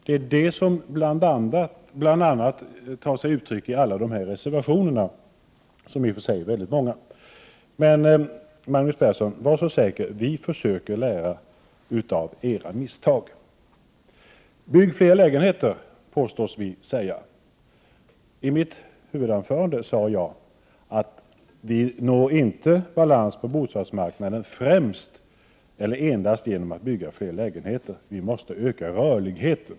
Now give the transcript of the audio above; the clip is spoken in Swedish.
Det är bl.a. detta som tar sig uttryck i alla reservationer, som i och för sig är väldigt många. Var så säker, Magnus Persson, att vi försöker lära av era misstag! Bygg fler lägenheter, påstås vi ha sagt. I mitt huvudanförande sade jag att vi inte når balans på bostadsmarknaden endast genom att bygga fler lägenheter. Vi måste öka rörligheten.